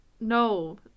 no